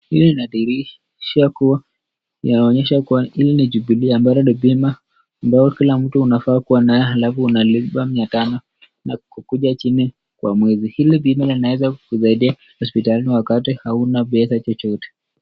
Hii inadhihirisha kuwa, inaonyesha kuwa hili ni Jubilee ambayo ni bima ambayo kila mtu unafaa kuwa nayo alafu unalipa mia tano na kukuja chini kwa mwezi. Hili bima linaweza kukusaidia hospitalini wakati huna pesa chochote.